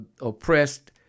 oppressed